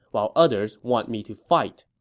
while others want me to fight.